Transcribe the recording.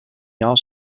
jahr